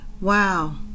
Wow